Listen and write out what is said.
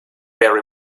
very